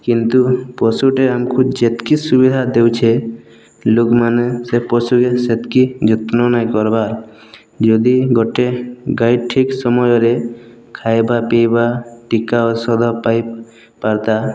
କିନ୍ତୁ ପଶୁଟି ଆମକୁ ଯେତକି ସୁବିଧା ଦେଉଛେ ଲୋକମାନେ ସେ ପଶୁକେ ସେତକି ଯତ୍ନ ନାଇଁ କରବାର୍ ଯଦି ଗୋଟେ ଗାଈ ଠିକ୍ ସମୟରେ ଖାଇବା ପିଇବା ଟୀକା ଔଷଧ ପାଇ ପାରତା